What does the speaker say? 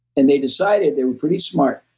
and they decided they were pretty smart,